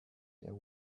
there